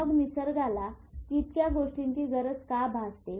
मग निसर्गाला इतक्या गोष्टींची गरज का भासते